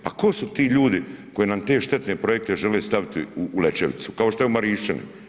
Pa tko su ti ljudi koji nam te štetne projekte žene staviti u Lećevicu, kao što je u Marišćini?